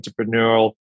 entrepreneurial